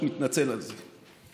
אני מתנצל על זה.